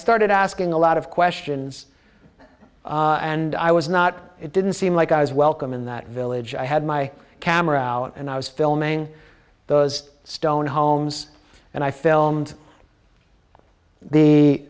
started asking a lot of questions and i was not it didn't seem like i was welcome in that village i had my camera and i was filming those stone homes and i filmed the